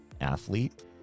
athlete